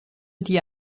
die